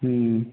हूँ